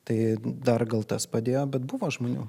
tai dar gal tas padėjo bet buvo žmonių